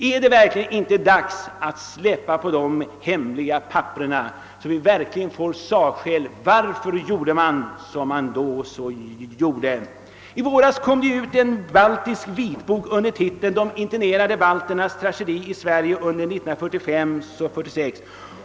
är det verkligen inte dags att offentliggöra dessa hemligstämplade papper, så att vi får ta del av den verkliga bakgrunden till att regeringen handlade som den gjorde? I våras kom det ut en baltisk vitbok under titeln »De internerade balternas tragedi i Sverige under 1945—46».